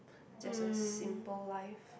just a simple life